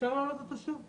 אפשר להעלות אותו שוב.